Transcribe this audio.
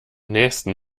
nächsten